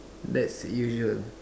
that's usual